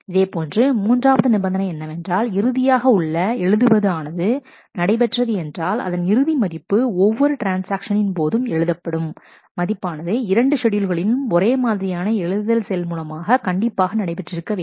இதேபோன்று மூன்றாவது நிபந்தனை என்னவென்றால் இறுதியாக உள்ள எழுதுவது ஆனது நடைபெற்றது என்றால் அதன் இறுதி மதிப்பு ஒவ்வொரு ட்ரான்ஸ்ஆக்ஷனின் போதும் எழுதப்படும் மதிப்பானது இரண்டு ஷெட்யூல்களில் ஒரே மாதிரியான எழுதுதல் செயல் மூலமாக கண்டிப்பாக நடைபெற்றிருக்க வேண்டும்